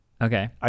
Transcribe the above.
Okay